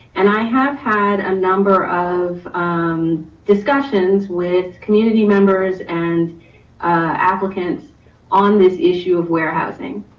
and i have had a number of discussions with community members and applicants on this issue of warehousing.